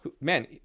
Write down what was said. man